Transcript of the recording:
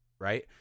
right